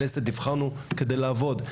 נבחרנו לכנסת כדי לעבוד.